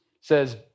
says